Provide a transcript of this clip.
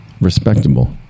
respectable